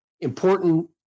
important